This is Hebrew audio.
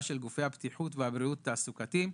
של גופי הבטיחות והבריאות התעסוקתית.